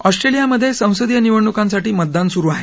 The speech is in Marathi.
ऑस्ट्रलिया मधे संसदिय निवडणुकांसाठी मतदान सुरु आहे